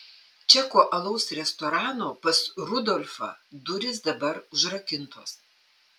čekų alaus restorano pas rudolfą durys dabar užrakintos